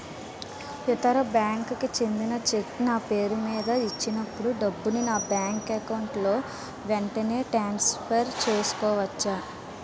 ఇతర బ్యాంక్ కి చెందిన చెక్ నా పేరుమీద ఇచ్చినప్పుడు డబ్బుని నా బ్యాంక్ అకౌంట్ లోక్ వెంటనే ట్రాన్సఫర్ చేసుకోవచ్చా?